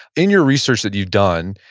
in your research that you've done,